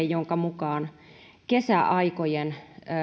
jonka mukaan kesäaikojen